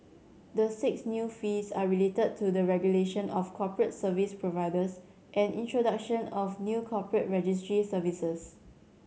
the six new fees are related to the regulation of corporate service providers and introduction of new corporate registry services